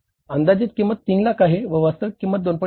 अंदाजित किंमत 3 लाख आहे व वास्तविक किंमत 2